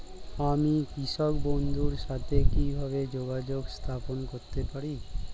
আমি কৃষক বন্ধুর সাথে কিভাবে যোগাযোগ স্থাপন করতে পারি?